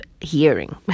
hearing